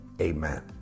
amen